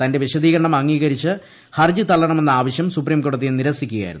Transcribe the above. തന്റെ വിശദീകരണം അംഗീകരിച്ച് ഹ്റർജി തള്ളണമെന്ന ആവശ്യം സുപ്രീംകോടതി നിരസിക്കുക്യായിരുന്നു